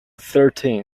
thirteen